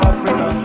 Africa